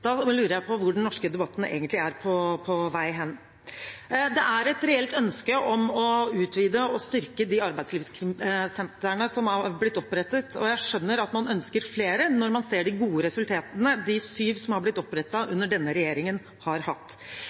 lurer jeg på hvor den norske debatten er på vei hen. Det er et reelt ønske om å utvide og styrke de arbeidslivskriminalitetssentrene som har blitt opprettet, og jeg skjønner at man ønsker flere når man ser de gode resultatene de sju som har blitt opprettet under denne regjeringen, har hatt.